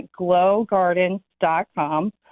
glowgarden.com